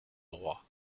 droit